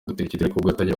yatangiraga